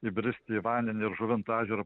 įbristi į vandenį ir žuvinto ežero